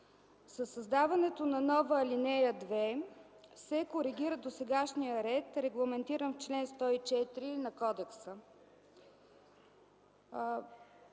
Със създаването на нова ал. 2 се коригира досегашният ред, регламентиран в чл. 104 на кодекса.